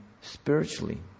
spiritually